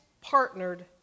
partnered